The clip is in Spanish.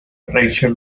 rachel